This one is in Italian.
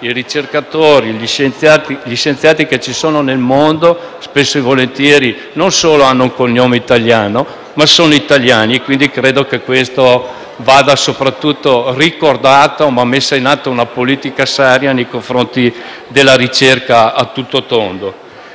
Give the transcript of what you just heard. i ricercatori e gli scienziati che ci sono nel mondo spesso e volentieri non hanno solo un cognome italiano, ma sono italiani. Credo che questo vada ricordato e vada messa in atto una politica seria nei confronti della ricerca a tutto tondo.